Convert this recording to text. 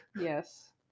Yes